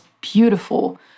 beautiful